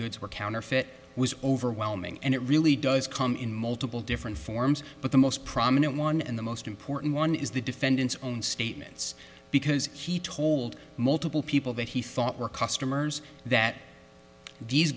goods were counterfeit was overwhelming and it really does come in multiple different forms but the most prominent one and the most important one is the defendant's own statements because he told multiple people that he thought were customers that these